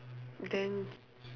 then s~